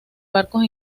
barcos